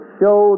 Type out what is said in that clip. show